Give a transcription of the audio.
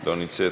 לא נמצאת.